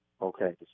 Okay